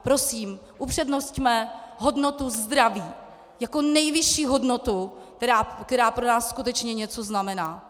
Prosím, upřednosťme hodnotu zdraví jako nejvyšší hodnotu, která pro nás skutečně něco znamená.